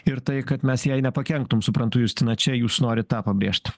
ir tai kad mes jai nepakenktum suprantu justina čia jūs norit tą pabrėžt